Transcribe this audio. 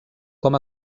com